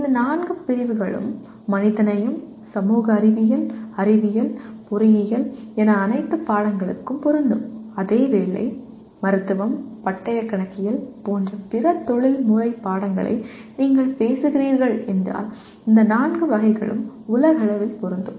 இந்த நான்கு பிரிவுகளும் மனிதநேயம் சமூக அறிவியல் அறிவியல் பொறியியல் என அனைத்து பாடங்களுக்கும் பொருந்தும் அதே வேளை மருத்துவம் பட்டய கணக்கியல் போன்ற பிற தொழில்முறை பாடங்களை நீங்கள் பேசுகிறீர்கள் என்றால் இந்த நான்கு வகைகளும் உலகளவில் பொருந்தும்